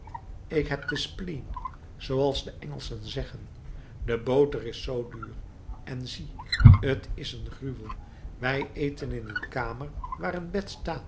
ik heb de spleen zooals de engelschen zeggen de boter is zoo duur en zie t is een gruwel wij eten in een kamer waar